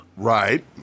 Right